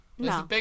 No